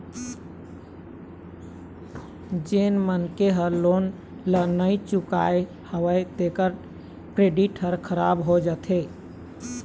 जेन मनखे ह लोन ल नइ चुकावय तेखर क्रेडिट ह खराब हो जाथे